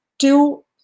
Two